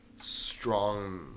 strong